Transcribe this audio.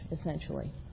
essentially